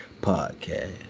Podcast